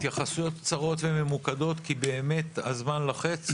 התייחסויות קצרות וממוקדות כי הזמן לוחץ.